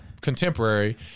contemporary